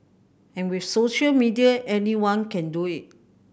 and with social media anyone can do it